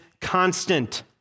constant